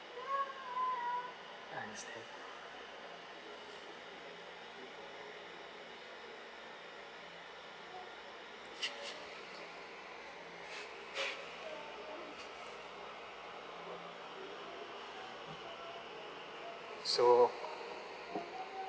understand so